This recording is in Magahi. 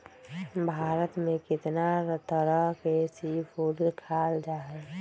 भारत में कितना तरह के सी फूड खाल जा हई